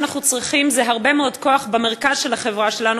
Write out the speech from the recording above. זה הרבה מאוד כוח במרכז של החברה שלנו